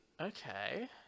Okay